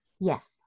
yes